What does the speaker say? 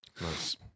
nice